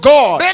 God